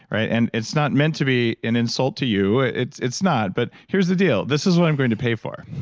and it's not meant to be an insult to you. it's it's not, but here's the deal, this is what i'm going to pay for.